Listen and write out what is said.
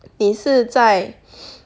你是在